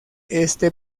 este